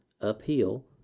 uphill